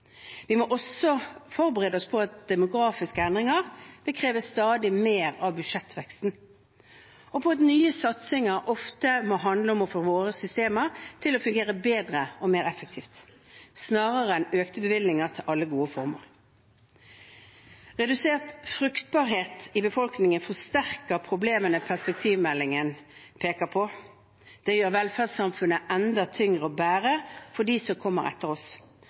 Vi må også forberede oss på at demografiske endringer vil kreve stadig mer av budsjettveksten, og på at nye satsinger ofte må handle om å få våre systemer til å fungere bedre og mer effektivt, snarere enn økte bevilgninger til alle gode formål. Redusert fruktbarhet i befolkningen forsterker problemene perspektivmeldingen peker på. Det gjør velferdssamfunnet enda tyngre å bære for dem som kommer etter oss.